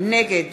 נגד